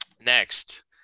next